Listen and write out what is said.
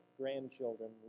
Grandchildren